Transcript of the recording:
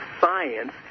science